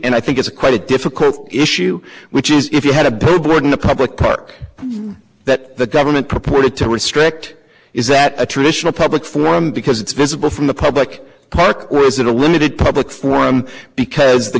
and i think it's a quite a difficult issue which is if you had a billboard in a public park that the government purported to restrict is that a traditional public forum because it's visible from the public park or is it a limited public forum because the